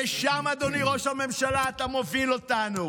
אדוני ראש הממשלה, לשם אתה מוביל אותנו.